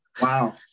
Wow